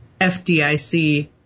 FDIC